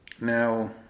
Now